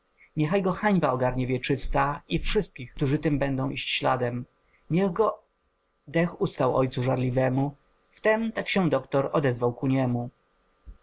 niechaj go hańba ogarnie wieczysta i wszystkich którzy tym będą iść śladem niech go dech ustał ojcu żarliwemu wtem tak się doktor odezwał ku niemu